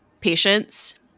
patients